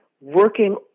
working